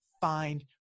find